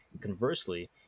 conversely